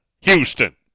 Houston